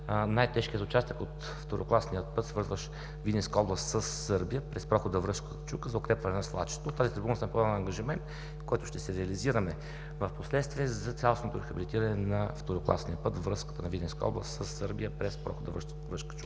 най-тежкия участък от второкласния път, свързващ Видинска област със Сърбия през прохода „Връшка чука“ за укрепване на свлачището. От тази трибуна съм поел ангажимент, с който ще се реализираме впоследствие за цялостното рехабилитиране на второкласния път, връзката на Видинска област със Сърбия през прохода „Връшка чука“.